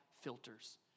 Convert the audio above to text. filters